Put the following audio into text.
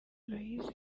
loise